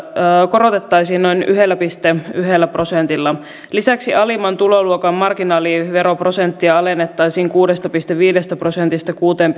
korotettaisiin noin yhdellä pilkku yhdellä prosentilla lisäksi alimman tuloluokan marginaaliveroprosenttia alennettaisiin kuudesta pilkku viidestä prosentista kuuteen